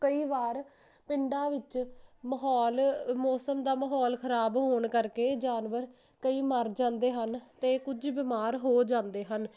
ਕਈ ਵਾਰ ਪਿੰਡਾਂ ਵਿੱਚ ਮਾਹੌਲ ਮੌਸਮ ਦਾ ਮਾਹੌਲ ਖਰਾਬ ਹੋਣ ਕਰਕੇ ਜਾਨਵਰ ਕਈ ਮਰ ਜਾਂਦੇ ਹਨ ਤੇ ਕੁਝ ਬਿਮਾਰ ਹੋ ਜਾਂਦੇ ਹਨ